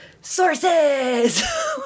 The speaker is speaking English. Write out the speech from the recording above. sources